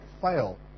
fail